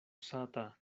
sata